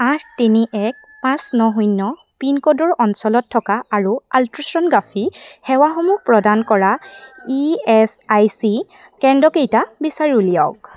আঠ তিনি এক পাঁচ ন শূন্য পিনক'ডৰ অঞ্চলত থকা আৰু আলট্ৰাছ'ন'গ্ৰাফি সেৱাসমূহ প্ৰদান কৰা ই এচ আই চি কেন্দ্ৰকেইটা বিচাৰি উলিয়াওক